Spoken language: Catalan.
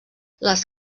les